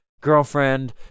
girlfriend